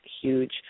huge